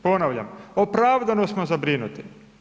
Ponavljam, opravdano smo zabrinuti.